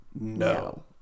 No